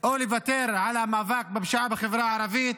או לוותר על המאבק בפשיעה בחברה הערבית,